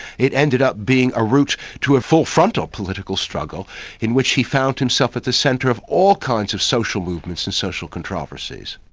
it ended up being a route to a full frontal political struggle in which he found himself at the centre of all kinds of social movements and social controversies.